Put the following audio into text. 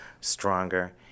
stronger